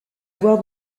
voir